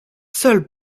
seule